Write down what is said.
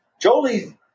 Jolie